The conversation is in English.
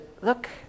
look